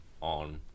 on